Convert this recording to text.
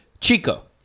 Chico